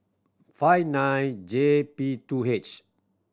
five nine J P two H